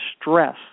stress